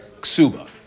ksuba